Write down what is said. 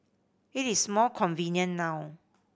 it is more convenient now